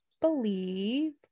believe